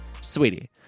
Sweetie